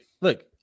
look